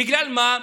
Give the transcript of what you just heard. בגלל מה?